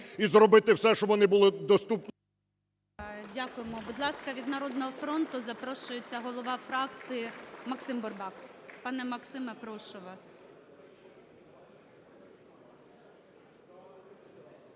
і зробити все, щоб вони були доступні… ГОЛОВУЮЧИЙ. Дякуємо. Будь ласка, від "Народного фронту" запрошується голова фракції Максим Бурбак. Пане Максиме, прошу вас.